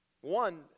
One